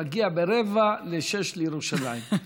מגיע ב-05:45 לירושלים,